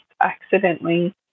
accidentally